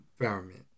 environment